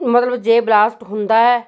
ਮਤਲਬ ਜੇ ਬਲਾਸਟ ਹੁੰਦਾ